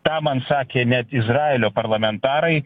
tą man sakė net izraelio parlamentarai